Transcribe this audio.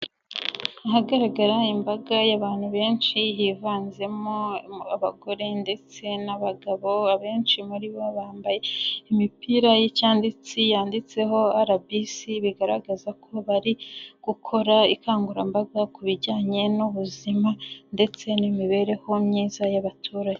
Ahagaragara imbaga y'abantu benshi hivanzemo abagore ndetse n'abagabo, abenshi muri bo bambaye imipira y'cyatsi yanditseho RBC bigaragaza ko bari gukora ikangurambaga ku bijyanye n'ubuzima ndetse n'imibereho myiza y'abaturage.